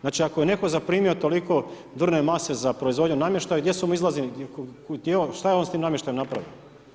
Znači, ako je netko zaprimio toliko drvne mase za proizvodnje namještaja, gdje su mu izlazni, gdje je on, šta je on s tim namještajem napravio?